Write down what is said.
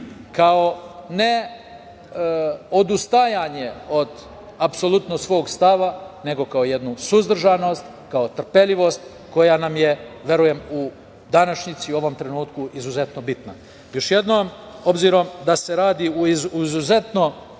kao neodustajanje od apsolutno svog stava, nego kao jednu suzdržanost, kao trpeljivost koja nam je, verujem, u današnjici u ovom trenutku, izuzetno bitna. Još jednom, obzirom da se radi o izuzetno